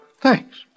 Thanks